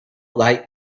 light